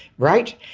right.